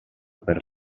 per